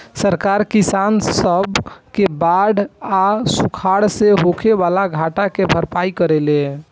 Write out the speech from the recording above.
सरकार किसान सब के बाढ़ आ सुखाड़ से होखे वाला घाटा के भरपाई करेले